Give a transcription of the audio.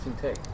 take